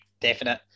definite